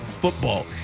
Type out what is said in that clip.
football